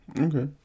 Okay